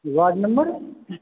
ward number